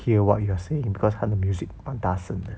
hear what you're saying because 他的 music 蛮大声的